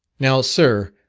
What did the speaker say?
now, sir,